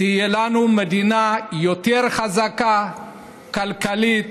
תהיה לנו מדינה יותר חזקה כלכלית,